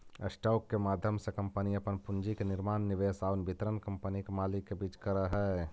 stock के माध्यम से कंपनी अपन पूंजी के निर्माण निवेश आउ वितरण कंपनी के मालिक के बीच करऽ हइ